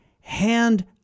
hand